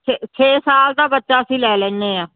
ਛੇ ਛੇ ਸਾਲ ਦਾ ਬੱਚਾ ਅਸੀਂ ਲੈ ਲੈਂਦੇ ਹਾਂ